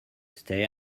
stay